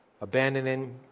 abandoning